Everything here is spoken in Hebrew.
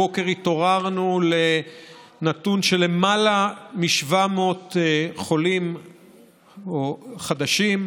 הבוקר התעוררנו לנתון של למעלה מ-700 חולים חדשים.